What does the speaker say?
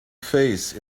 face